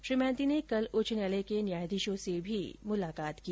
श्री महान्ती ने कल उच्च न्यायालय के न्यायाधीशों से भी मुलाकात की